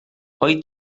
wyt